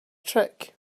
trick